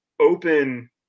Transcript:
open